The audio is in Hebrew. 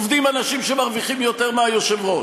עובדים אנשים שמרוויחים יותר מהיושב-ראש.